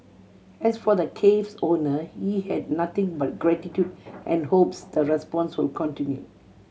as for the cafe's owner he had nothing but gratitude and hopes the response will continue